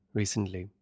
recently